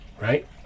right